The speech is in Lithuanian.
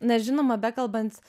nes žinoma bekalbant